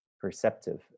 perceptive